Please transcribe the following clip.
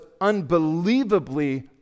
unbelievably